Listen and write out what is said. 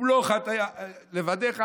"ומלוך עלינו אתה ה' לבדך",